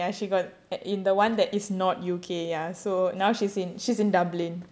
ya she got ya ya she got in the [one] that is not U_K ya so now she's in she's in dublin